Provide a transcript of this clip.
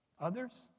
others